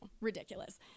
ridiculous